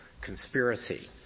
conspiracy